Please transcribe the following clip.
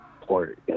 port